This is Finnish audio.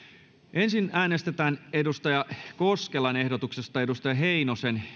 ensin äänestetään jari koskelan ehdotuksesta timo heinosen